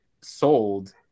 sold